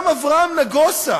גם אברהם נגוסה